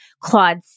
Claude